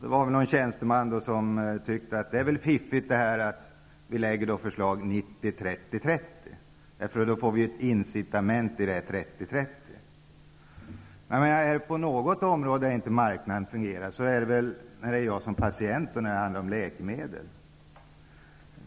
Det var väl någon tjänsteman som tyckte att det var fiffigt att föreslå att gränserna 90--30--30 skall gälla vid prisnedsättning för läkemedel, eftersom det då uppstår ett incitament i och med 30--30. Men är det på något område som marknaden inte fungerar, så är det väl i fråga om läkemedel.